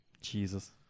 Jesus